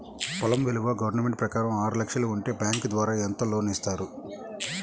పొలం విలువ గవర్నమెంట్ ప్రకారం ఆరు లక్షలు ఉంటే బ్యాంకు ద్వారా ఎంత లోన్ ఇస్తారు?